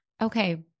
Okay